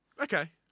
Okay